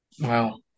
Wow